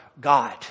God